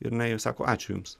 jinai sako ačiū jums